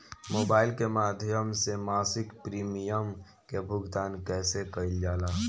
Mobile के माध्यम से मासिक प्रीमियम के भुगतान कैसे कइल जाला?